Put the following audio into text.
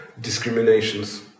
discriminations